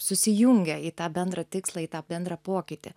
susijungia į tą bendrą tikslą į tą bendrą pokytį